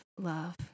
love